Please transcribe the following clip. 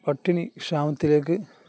പട്ടിണി ക്ഷാമത്തിലേക്ക്